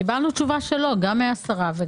קיבלנו תשובה שלא, גם מהשרה.